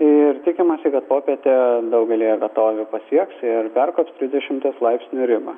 ir tikimasi kad popietę daugelyje vietovių pasieks ir perkops trisdešimties laipsnių ribą